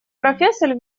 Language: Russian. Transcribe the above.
профессор